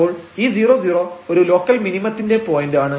അപ്പോൾ ഈ 00 ഒരു ലോക്കൽ മിനിമത്തിന്റെ പോയന്റാണ്